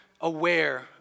aware